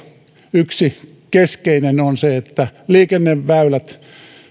yksi keskeinen on se että liikenneväylät